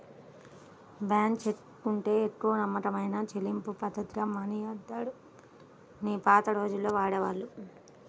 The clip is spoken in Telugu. బ్యాంకు చెక్కుకంటే ఎక్కువ నమ్మకమైన చెల్లింపుపద్ధతిగా మనియార్డర్ ని పాత రోజుల్లో వాడేవాళ్ళు